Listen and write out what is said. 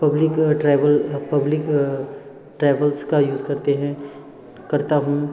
public travel public travels का use करते हैं करता हूँ